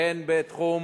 הן בתחום